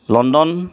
London